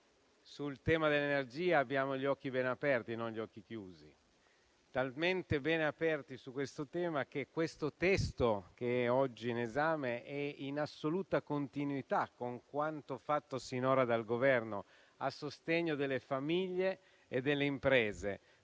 sul tema dell'energia abbiamo gli occhi ben aperti, non gli occhi chiusi. Li abbiamo talmente ben aperti su questo tema che il testo che è oggi in esame è in assoluta continuità con quanto fatto sinora dal Governo a sostegno delle famiglie e delle imprese